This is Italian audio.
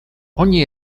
ogni